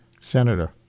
Senator